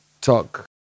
talk